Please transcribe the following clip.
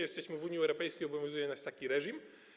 Jesteśmy w Unii Europejskiej i obowiązuje nas taki reżim.